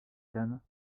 cannes